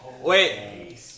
Wait